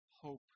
hope